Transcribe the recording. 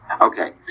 okay